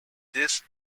this